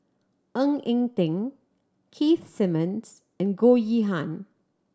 Ng Eng Teng Keith Simmons and Goh Yihan